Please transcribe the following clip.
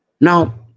Now